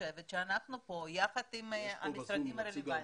נמצא ב-זום נציג העמותה?